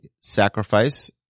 sacrifice